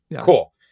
Cool